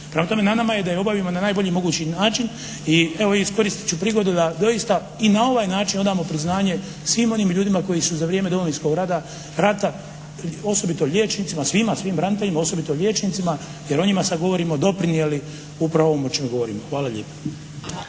Prema tome na nama je da je obavimo na najbolji mogući način i evo iskoristit ću prigodu da doista i na ovaj način odamo priznanje svim onim ljudima koji su za vrijeme Domovinskog rata, osobito liječnicima, svima, svim braniteljima, osobito liječnicima jer o njima sad govorimo doprinijeli upravo ovom o čemu govorimo. Hvala lijepo.